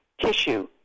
tissue